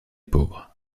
pauvres